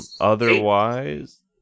otherwise